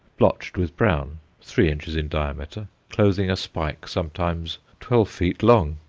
blotched with brown, three inches in diameter, clothing a spike sometimes twelve feet long.